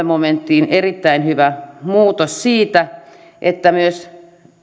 momenttiin erittäin hyvä muutos siitä että myös